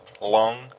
long